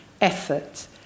effort